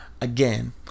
again